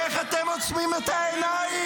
--- איך אתם עוצמים את העיניים?